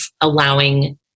allowing